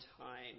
time